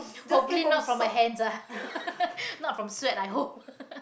hopefully not from her hands ah not from sweat i hope